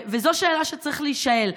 וזו שאלה שצריכה להישאל.